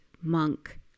monk